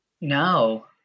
No